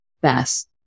best